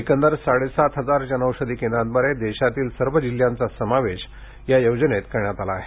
एकंदर साडे सात हजार जनौषधी केंद्रांद्वारे देशातील सर्व जिल्ह्यांचा समावेश या योजनेत करण्यात आला आहे